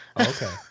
Okay